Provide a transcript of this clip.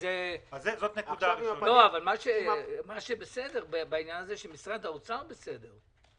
מה שבסדר בעניין הזה, שמשרד האוצר בסדר.